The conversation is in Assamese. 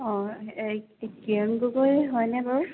অঁ এই কি কিৰণ গগৈ হয় নে বাৰু